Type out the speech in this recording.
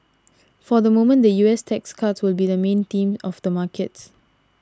for the moment the U S tax cuts will be the main theme of the markets